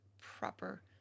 proper